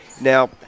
Now